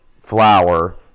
flour